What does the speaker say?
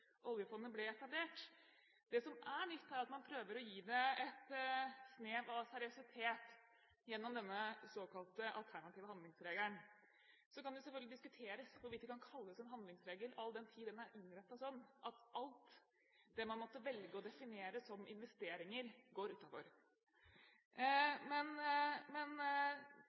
oljefondet ble etablert. Det som er nytt her, er at man prøver å gi det et snev av seriøsitet gjennom denne såkalte alternative handlingsregelen. Så kan det selvfølgelig diskuteres hvorvidt det kan kalles en handlingsregel all den tid den er innrettet sånn at alt man måtte velge å definere som investeringer, går